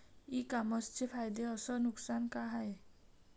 इ कामर्सचे फायदे अस नुकसान का हाये